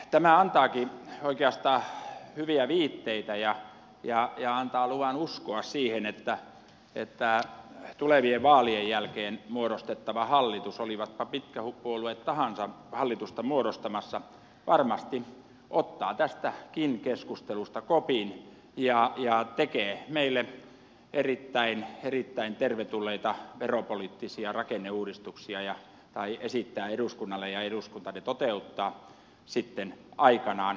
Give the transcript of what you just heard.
tämä antaakin oikeastaan hyviä viitteitä ja antaa luvan uskoa siihen että tulevien vaalien jälkeen muodostettava hallitus olivatpa mitkä puolueet tahansa hallitusta muodostamassa varmasti ottaa tästäkin keskustelusta kopin ja tekee meille erittäin tervetulleita veropoliittisia rakenneuudistuksia tai esittää niitä eduskunnalle ja eduskunta ne toteuttaa sitten aikanaan